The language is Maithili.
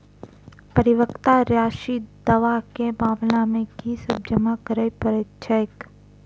परिपक्वता राशि दावा केँ मामला मे की सब जमा करै पड़तै छैक?